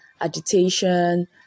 agitation